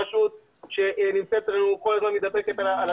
רשות שכל הזמן מתדפקת על הדלת שלנו.